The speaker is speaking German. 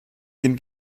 dem